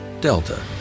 Delta